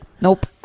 Nope